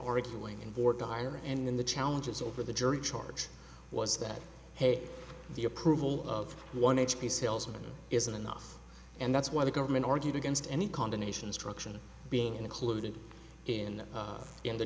arguing on board the higher and in the challenges over the jury charge was that hey the approval of one h p salesman isn't enough and that's why the government argued against any combination struction being included in the in the